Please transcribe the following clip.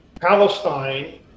Palestine